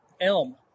elm